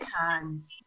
times